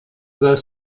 the